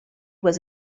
was